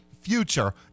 future